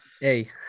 Hey